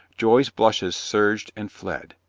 joy's blushes surged and fled.